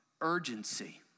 urgency